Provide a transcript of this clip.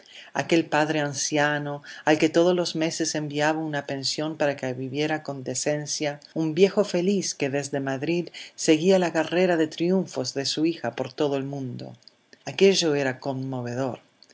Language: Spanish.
aquel padre anciano al que todos los meses enviaba una pensión para que viviera con decencia un viejo feliz que desde madrid seguía la carrera de triunfos de su hija por todo el mundo aquello era conmovedor